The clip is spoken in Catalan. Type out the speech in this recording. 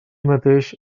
mateix